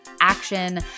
action